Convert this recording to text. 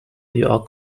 are